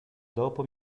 dopo